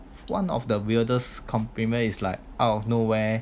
one of the weirdest compliment is like out of nowhere